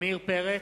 עמיר פרץ,